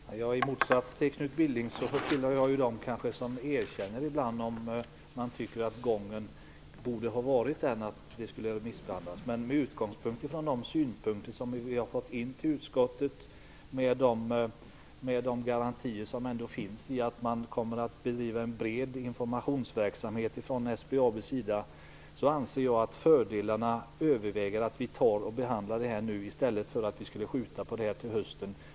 Herr talman! I motsats till Knut Billing tillhör jag dem som ibland erkänner att jag tycker att gången borde ha varit annorlunda, och att man alltså borde ha remissbehandlat. Men med utgångspunkt från de synpunkter vi har fått in till utskottet, med de garantier som ändå finns i att man kommer att bedriva en bred informationsverksamhet från SBAB:s sida, så anser jag att fördelarna överväger med att behandla saken nu i stället för att skjuta det till hösten.